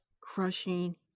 crushing